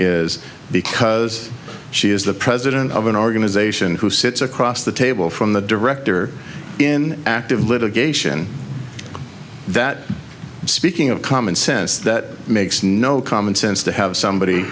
is because she is the president of an organization who sits across the table from the director in active litigation that speaking of common sense that makes no common sense to have somebody